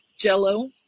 jello